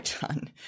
done